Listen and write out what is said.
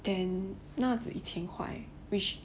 then 那值一千块 then